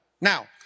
Now